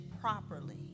properly